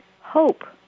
Hope